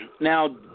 Now